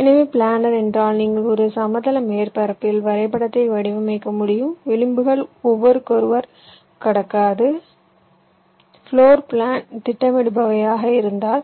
எனவே பிளானர் என்றால் நீங்கள் ஒரு சமதள மேற்பரப்பில் வரைபடத்தை வடிவமைக்க முடியும் விளிம்புகள் ஒன்றே ஒன்று கடக்காது பிளோர் பிளான் திட்டமிடுபவையாக இருந்ததால்